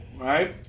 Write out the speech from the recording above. right